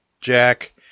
jack